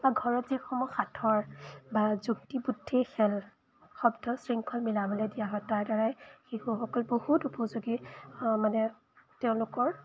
বা ঘৰত যিসমূহ সাঁথৰ বা যুক্তি বুদ্ধি খেল শব্দ শৃংখল মিলাবলৈ দিয়া হয় তাৰ দ্বাৰাই শিশুসকল বহুত উপযোগী মানে তেওঁলোকৰ